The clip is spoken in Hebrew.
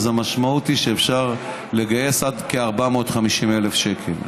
אז המשמעות היא שאפשר לגייס עד כ-450,000 שקל.